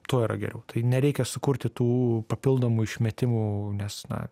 tuo yra geriau tai nereikia sukurti tų papildomų išmetimų nes na